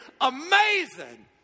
amazing